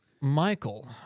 Michael